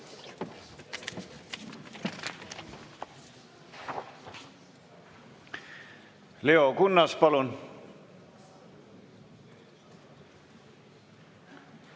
Leo Kunnas, palun!